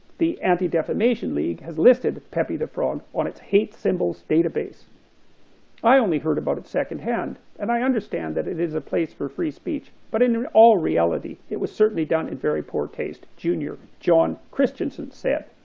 the anti defamation league has listed pepe the frog on its hate symbols database i only heard about it second hand, and i understand that it is a place for free speech, but in all reality it was certainly down a very poor taste. junior john christianson said.